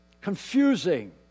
confusing